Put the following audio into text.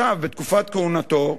עכשיו, בתקופת כהונתו.